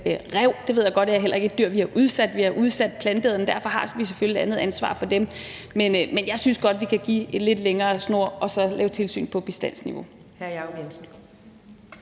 ræv. Jeg ved godt, at det heller ikke er et dyr, vi har udsat; vi har udsat planteæderne, og derfor har vi selvfølgelig et andet ansvar for dem. Men jeg synes godt, vi kan give lidt længere snor og så lave tilsyn på bestandsniveau.